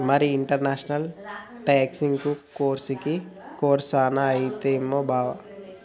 మరి ఇంటర్నేషనల్ టాక్సెసను కోర్సుకి కర్సు సాన అయితదేమో బావా